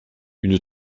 une